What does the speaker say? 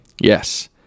Yes